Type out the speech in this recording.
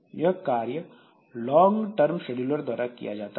यह कार्य long term scheduler द्वारा किया जाता है